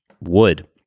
wood